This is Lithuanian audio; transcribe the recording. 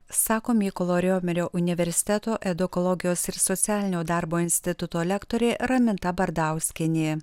sako mykolo romerio universiteto edukologijos ir socialinio darbo instituto lektorė raminta bardauskienė